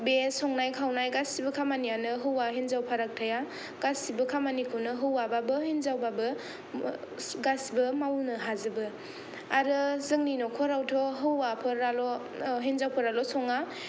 बे संनाय खावनाय गासिबो खामानिआनो हिनजाव हौवा फाराग थाया गासिबो खामानिखौनो हौवाबाबो हिनजावबाबो गासिबो मावनो हाजोबो आरो जोंनि न'खरावथ' हौवाफोराल' हिनजावफोराल' सङा